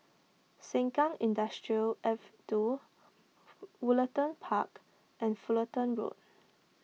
Sengkang Industrial Ave two Woollerton Park and Fullerton Road